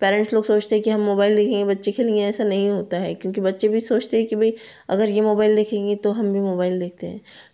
parents लोग सोचते हैं कि हम मोबाइल देखेंगे बच्चे खेलेंगे ऐसा नहीं होता है क्योंकि बच्चे भी सोचते हैं कि भई अगर ये मोबाइल देखेंगे तो हम भी मोबाइल देखते हैं